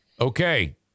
Okay